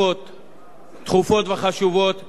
דחופות וחשובות בתחום הדיור,